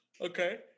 Okay